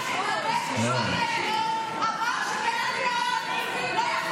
בית המשפט העליון אמר שבית הדין הרבני לא יכול